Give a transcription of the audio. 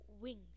wings